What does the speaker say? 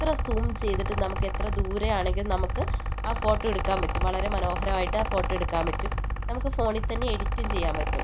എത്ര സൂം ചെയ്തിട്ടും നമുക്ക് എത്ര ദൂരെയാണെങ്കിലും നമുക്ക് ആ ഫോട്ടോയെടുക്കാൻ പറ്റും വളരെ മനോഹരമായിട്ട് ആ ഫോട്ടോ എടുക്കാൻ പറ്റും നമുക്ക് ഫോണിൽ തന്നെ എഡിറ്റും ചെയ്യാൻ പറ്റും